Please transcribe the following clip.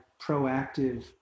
proactive